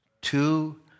two